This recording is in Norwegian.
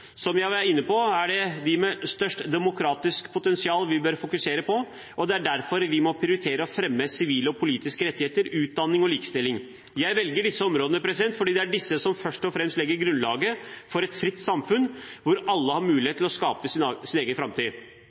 Som jeg var inne på, er det de med størst demokratisk potensial vi bør fokusere på, og det er derfor vi må prioritere å fremme sivile og politiske rettigheter, utdanning og likestilling. Jeg velger disse områdene fordi det er disse som først og fremst legger grunnlaget for et fritt samfunn, hvor alle har mulighet til å skape sin egen framtid.